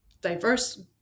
diverse